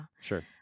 Sure